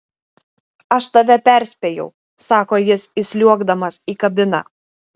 aš tave perspėjau sako jis įsliuogdamas į kabiną